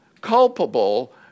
culpable